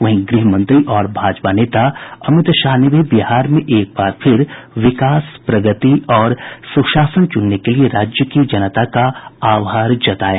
वहीं गृहमंत्री और भाजपा नेता अमित शाह ने भी बिहार में एक बार फिर विकास प्रगति और सुशासन चुनने के लिए राज्य की जनता का आभार जताया